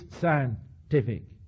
scientific